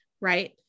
right